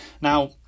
Now